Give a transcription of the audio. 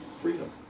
Freedom